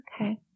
Okay